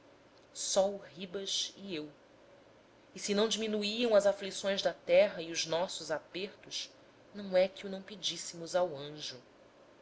o ribas e eu e se não diminuíam as aflições da terra e os nossos apertos não é que o não pedíssemos ao anjo